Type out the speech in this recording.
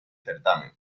certamen